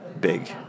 big